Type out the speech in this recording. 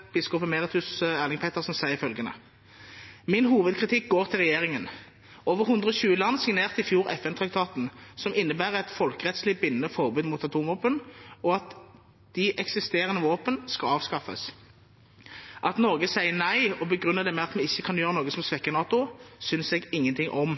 sier følgende: «Min hovedkritikk går til regjeringen. Over 120 land signerte i fjor FN-traktaten, som innebærer et folkerettslig bindende forbud mot atomvåpen og at de eksisterende våpen skal avskaffes. At Norge sier nei, og begrunner det med at vi ikke kan gjøre noe som svekker NATO, synes jeg ingenting om».